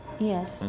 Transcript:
Yes